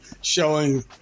Showing